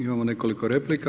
Imamo nekoliko replika.